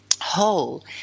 whole